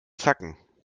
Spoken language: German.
zacken